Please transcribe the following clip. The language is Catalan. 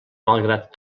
malgrat